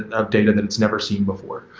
update and then it's never seen before.